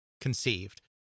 conceived